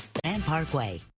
and parkway.